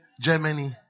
Germany